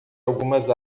algumas